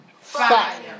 Fire